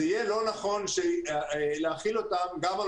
זה יהיה לא נכון להחיל אותן גם על